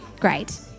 Great